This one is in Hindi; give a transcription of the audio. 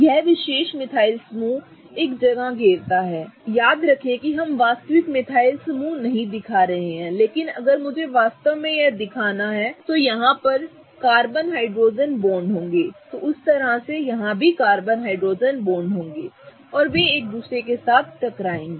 यह विशेष मिथाइल समूह एक जगह घेरता है ठीक है याद रखें कि हम वास्तविक मिथाइल समूह नहीं दिखा रहे हैं लेकिन अगर मुझे वास्तव में यह दिखाना है कि वहाँ कार्बन हाइड्रोजन बॉन्ड होंगे तो उसी तरह यहाँ कार्बन हाइड्रोजन बॉन्ड होंगे और वे एक दूसरे के साथ टकराएंगे